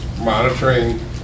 monitoring